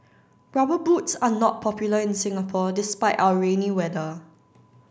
rubber boots are not popular in Singapore despite our rainy weather